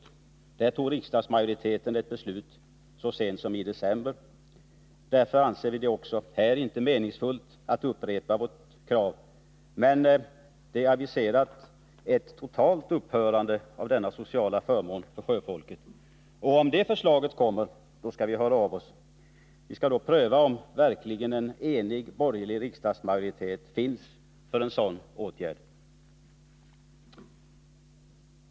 I den frågan fattade riksdagsmajoriteten ett beslut så sent som i december. Därför anser vi det inte heller här vara meningsfullt att upprepa vårt krav. Men det har aviserats ett totalt upphörande av denna sociala förmån för sjöfolket. Om förslag härom skulle komma skall vi låta höra av oss. Vi skall då pröva om verkligen en enig borgerlig riksdagsmajoritet finns för en sådan åtgärd.